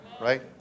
Right